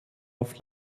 auf